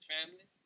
Family